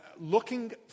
looking